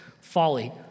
folly